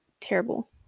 terrible